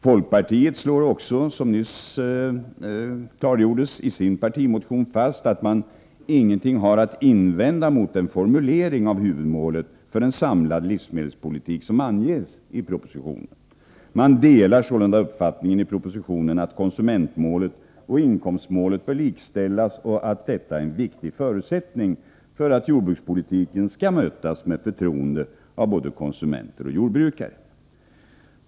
Folkpartiet slår också i sin partimotion fast, vilket nyss klargjordes, att man ingenting har att invända mot den formulering av huvudmålet för en samlad livsmedelspolitik som anges i propositionen. Man delar sålunda uppfattningen i propositionen att konsumentmålet och inkomstmålet bör likställas och att detta är en viktig förutsättning för att jordbrukspolitiken skall mötas med förtroende av både konsumenter och jordbrukare.